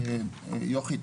יוכי,